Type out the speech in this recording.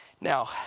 Now